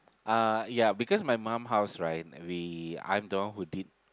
uh yeah because my mum house right we I'm the one who did